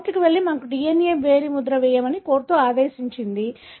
అది కోర్టుకు వెళ్లి మాకు DNA వేలిముద్ర వేయమని కోర్టు ఆదేశించింది